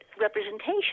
representation